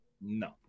No